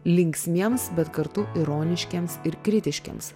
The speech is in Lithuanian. linksmiems bet kartu ironiškiems ir kritiškiems